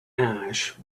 ash